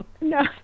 no